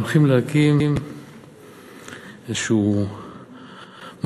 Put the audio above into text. הולכים להקים איזה משהו חדש,